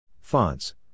Fonts